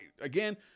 again